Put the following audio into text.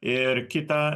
ir kitą